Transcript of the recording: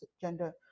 gender